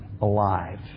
alive